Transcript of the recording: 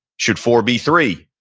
should four be three?